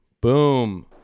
Boom